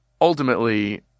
ultimately